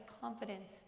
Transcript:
confidence